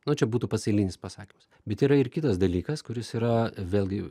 nu čia būtų pats eilinis pasakymas bet yra ir kitas dalykas kuris yra vėlgi